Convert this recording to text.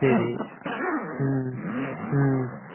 சரி ம் ம்